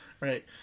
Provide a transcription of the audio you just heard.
Right